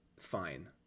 fine